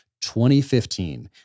2015